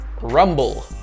Rumble